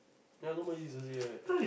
ya nobody uses it right